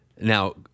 Now